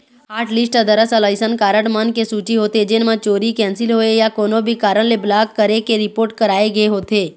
hotlist ह दरअसल अइसन कारड मन के सूची होथे जेन म चोरी, कैंसिल होए या कोनो भी कारन ले ब्लॉक करे के रिपोट कराए गे होथे